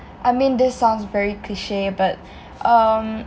I mean this sounds very cliche but um